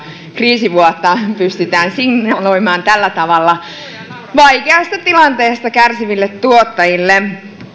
kriisivuodesta pystytään signaloimaan tällä tavalla vaikeasta tilanteesta kärsiville tuottajille